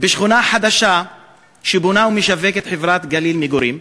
בשכונה חדשה שבונה ומשווקת חברת "גליל מגורים"